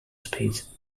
speeds